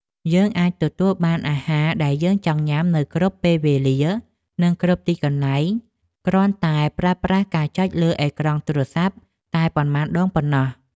យើងអាចទទួលបានអាហារដែលយើងចង់ញ៉ាំនៅគ្រប់ពេលវេលា និងគ្រប់ទីកន្លែងគ្រាន់តែប្រើប្រាស់ការចុចលើអេក្រង់ទូរស័ព្ទតែប៉ុន្មានដងប៉ុណ្ណោះ។